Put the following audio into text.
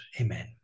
Amen